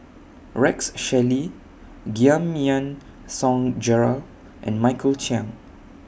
Rex Shelley Giam Yean Song Gerald and Michael Chiang